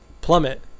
Plummet